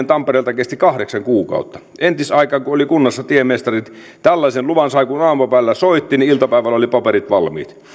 tampereelta kesti kahdeksan kuukautta entisaikaan kun oli kunnassa tiemestarit tällaisen luvan sai niin että kun aamupäivällä soitti niin iltapäivällä oli paperit valmiit